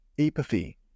apathy